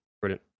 Brilliant